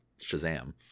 shazam